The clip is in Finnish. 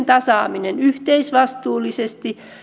tasaaminen yhteisvastuullisesti